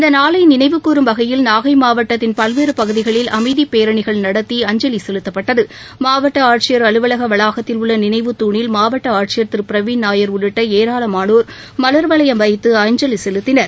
இந்தநாளைநினைவுகூறும் வகையில் நாகைமாவட்டத்தின் பல்வேறுபகுதிகளில் அமைதிபேரணிகள் நடத்தி அஞ்சலிசெலுத்தப்பட்டது மாவட்டஆட்சியர் அலுவலகவளாகத்தில் உள்ளநினைவுதூணில் மாவட்டஆட்சியர் திருபிரவின் நாயர் உள்ளிட்டஏராளமானோர் மல்வளையம் வைத்து அஞ்சலிசெலுத்தினர்